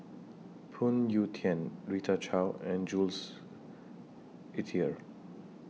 Phoon Yew Tien Rita Chao and Jules Itier